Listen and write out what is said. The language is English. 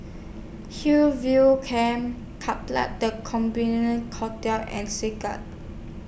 Hillview Camp Hotel and Segar